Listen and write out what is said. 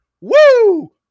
Woo